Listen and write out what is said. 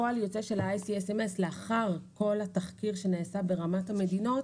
פועל יוצא של ה-ICSMS לאחר כל התחקיר שנעשה ברמת המדינות,